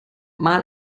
mal